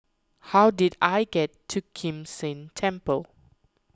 how do I get to Kim San Temple